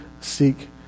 seek